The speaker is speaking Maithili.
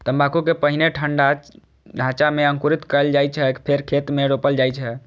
तंबाकू कें पहिने ठंढा ढांचा मे अंकुरित कैल जाइ छै, फेर खेत मे रोपल जाइ छै